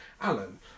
Alan